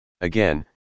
Again